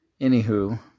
anywho